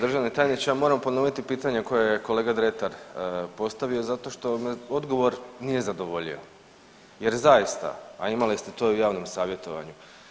Državni tajniče ja moram ponoviti pitanje koje je kolega Dretar postavio zato što me odgovor nije zadovoljio jer zaista, a imali ste to i u javnom savjetovanju.